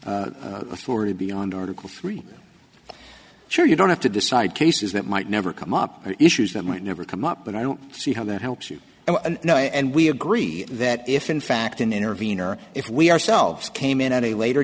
authority beyond article three sure you don't have to decide cases that might never come up or issues that might never come up and i don't see how that helps you know and we agree that if in fact an intervener if we ourselves came in at a later